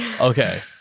Okay